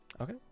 Okay